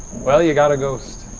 well, you got a ghost.